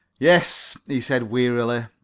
yes, he said wearily.